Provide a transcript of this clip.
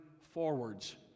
forwards